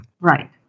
Right